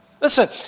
Listen